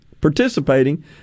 participating